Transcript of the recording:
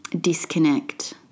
disconnect